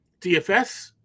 DFS